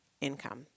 income